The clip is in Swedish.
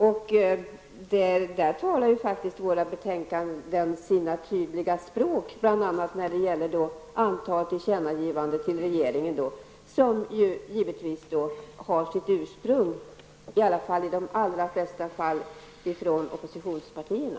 Skrivningarna i utskottets betänkanden talar ju sitt tydliga språk, bl.a. när det gäller antalet tillkännagivanden till regeringen som i de allra flesta fall givetvis har sitt utsprung från oppositionspartierna.